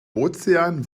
ozean